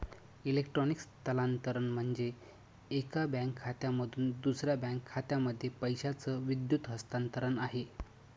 electronic स्थलांतरण म्हणजे, एका बँक खात्यामधून दुसऱ्या बँक खात्यामध्ये पैशाचं विद्युत हस्तांतरण आहे